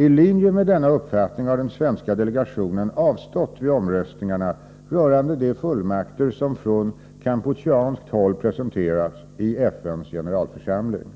I linje med denna uppfattning har den svenska delegationen avstått vid omröstningarna rörande de fullmakter som från kampucheanskt håll presenterats i FN:s generalförsamling.